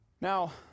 Now